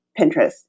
Pinterest